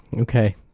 and ok.